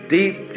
Deep